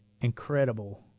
incredible